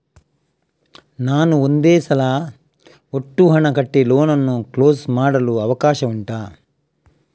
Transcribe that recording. ನಾನು ಒಂದೇ ಸಲ ಒಟ್ಟು ಹಣ ಕಟ್ಟಿ ಲೋನ್ ಅನ್ನು ಕ್ಲೋಸ್ ಮಾಡಲು ಅವಕಾಶ ಉಂಟಾ